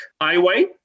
highway